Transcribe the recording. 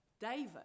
David